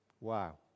Wow